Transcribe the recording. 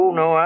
no